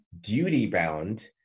duty-bound